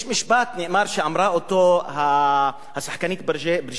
נאמר שאמרה אותו השחקנית בריז'יט ברדו.